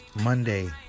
Monday